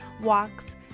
walks